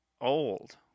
Old